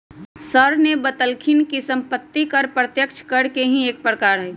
sir ने बतल खिन कि सम्पत्ति कर प्रत्यक्ष कर के ही एक प्रकार हई